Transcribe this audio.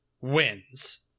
wins